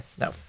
no